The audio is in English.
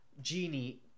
Genie